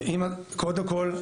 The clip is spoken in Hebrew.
קודם כל,